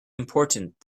important